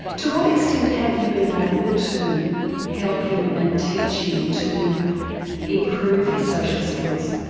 to what extent have you been able to help him and teach him to improve his social skills?